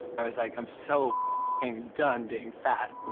i was like, i'm so ing done being fat.